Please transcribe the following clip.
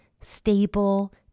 stable